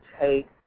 take